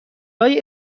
های